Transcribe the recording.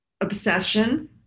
obsession